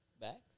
Backs